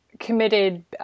committed